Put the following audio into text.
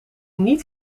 niet